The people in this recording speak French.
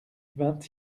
vingt